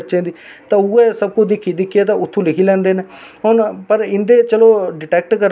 फिर में इक अपने मेरे ताए दा बेटा हा में उनेंगी फोन कीता में आखेआ भैया इयां गल्ल होई गेई में ड्राइवर गी मना बी कीता